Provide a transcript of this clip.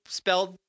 spelled